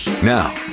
Now